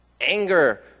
anger